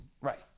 right